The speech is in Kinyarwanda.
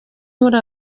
muri